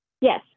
Yes